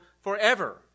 forever